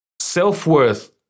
self-worth